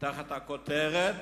תחת הכותרת